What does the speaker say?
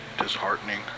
disheartening